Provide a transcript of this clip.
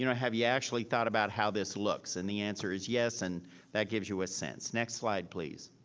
you know have you actually thought about how this looks and the answer is yes. and that gives you a sense. next slide please.